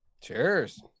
cheers